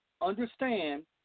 Understand